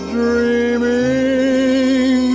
dreaming